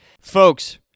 Folks